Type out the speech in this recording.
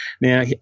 now